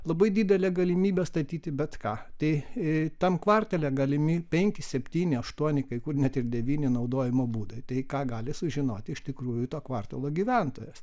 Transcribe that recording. labai didelę galimybę statyti bet ką tai tam kvartale galimi penki septyni aštuoni kai kur net ir devyni naudojimo būdai tai ką gali sužinoti iš tikrųjų to kvartalo gyventojas